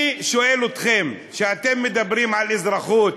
אני שואל אתכם, אתם מדברים על אזרחות,